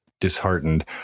disheartened